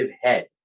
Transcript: head